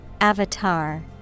Avatar